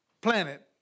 planet